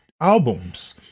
albums